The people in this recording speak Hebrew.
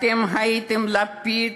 אתם הייתם לפיד